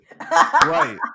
right